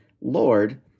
Lord